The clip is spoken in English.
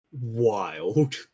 Wild